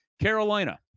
Carolina